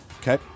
okay